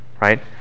right